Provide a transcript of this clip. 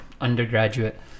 undergraduate